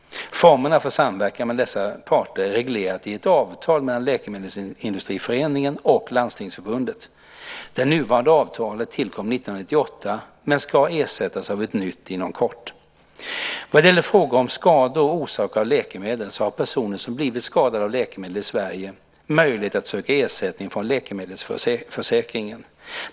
Formerna för samverkan mellan dessa parter är reglerat i ett avtal mellan Läkemedelsindustriföreningen och Landstingsförbundet. Det nuvarande avtalet tillkom 1998 men ska ersättas av ett nytt inom kort. Vad det gäller frågan om skador orsakade av läkemedel så har personer som blivit skadade av läkemedel i Sverige möjlighet att söka ersättning från läkemedelsförsäkringen.